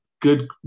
Good